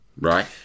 right